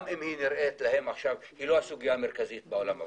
גם אם נראה להם עכשיו שזו לא הסוגיה המרכזית בעולם.